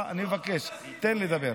אני מבקש, תן לי לדבר.